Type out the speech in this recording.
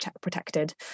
protected